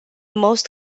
most